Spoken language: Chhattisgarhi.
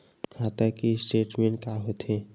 खाता के स्टेटमेंट का होथे?